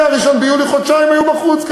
מ-1 ביולי חודשיים היו בחוץ,